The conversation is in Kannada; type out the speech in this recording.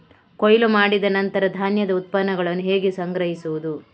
ಕೊಯ್ಲು ಮಾಡಿದ ನಂತರ ಧಾನ್ಯದ ಉತ್ಪನ್ನಗಳನ್ನು ಹೇಗೆ ಸಂಗ್ರಹಿಸುವುದು?